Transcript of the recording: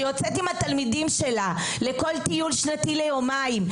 שיוצאת עם התלמידים שלה לכל טיול שנתי ליומיים.